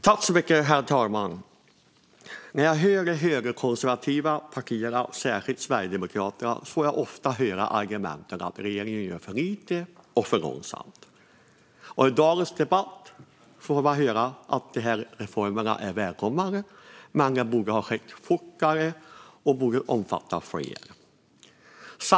Herr talman! När jag lyssnar på de högerkonservativa partierna, särskilt Sverigedemokraterna, får jag ofta höra argumentet att regeringen gör för lite och gör det för långsamt. I dagens debatt får jag höra att reformerna är välkomna men att de borde ha skett fortare och att de borde omfatta fler.